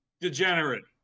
degenerate